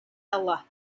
ella